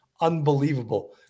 unbelievable